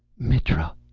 mitra!